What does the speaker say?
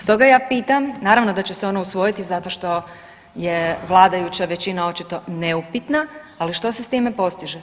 Stoga ja pitam, naravno da će se ono usvojiti zato što je vladajuća većina očito neupitna, ali što se s time postiže?